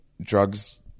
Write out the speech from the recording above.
drugs